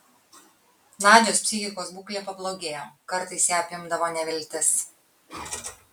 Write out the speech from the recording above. nadios psichikos būklė pablogėjo kartais ją apimdavo neviltis